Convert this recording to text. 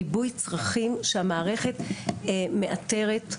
ריבוי צרכים שהמערכת מאתרת,